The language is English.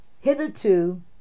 Hitherto